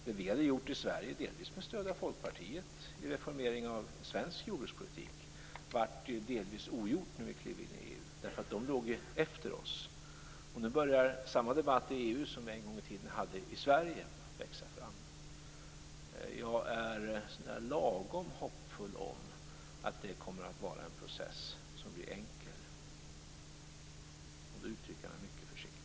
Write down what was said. Det som vi gjorde i Sverige, delvis med stöd av Folkpartiet, i reformeringen av svensk jordbrukspolitik blev ju delvis ogjort när vi klev in i EU, därför att EU låg efter oss. Nu börjar samma debatt att växa fram i EU som vi en gång i tiden hade i Sverige. Jag är så där lagom hoppfull om att det kommer att bli en enkel process, och då uttrycker jag mig mycket försiktigt.